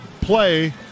play